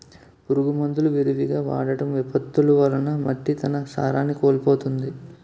పురుగు మందులు విరివిగా వాడటం, విపత్తులు వలన మట్టి తన సారాన్ని కోల్పోతుంది